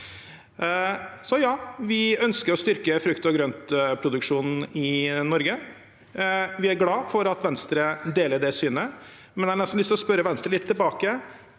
Så ja, vi ønsker å styrke frukt- og grøntproduksjonen i Norge. Vi er glad for at Venstre deler det synet, men jeg har nesten lyst til å spørre Venstre litt tilbake: